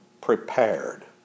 prepared